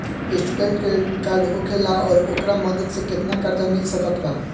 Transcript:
Student credit card का होखेला और ओकरा मदद से केतना कर्जा मिल सकत बा?